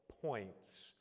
points